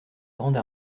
grande